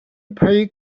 play